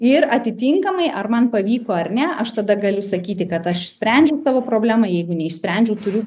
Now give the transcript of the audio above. ir atitinkamai ar man pavyko ar ne aš tada galiu sakyti kad aš išsprendžiau savo problemą jeigu neišsprendžiau turiu